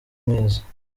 mwiza